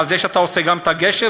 על זה שאתה עושה את הגשר,